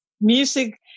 music